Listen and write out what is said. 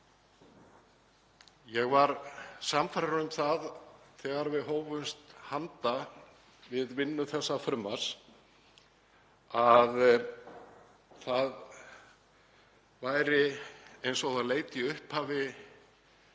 Ég var sannfærður um það þegar við hófumst handa við vinnu þessa frumvarps að það væri eins og það leit út í upphafi